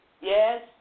Yes